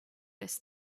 this